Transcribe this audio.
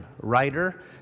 Writer